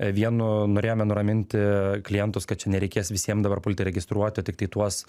vienu norėjome nuraminti klientus kad čia nereikės visiem dabar pulti registruoti tiktai tuos